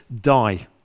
die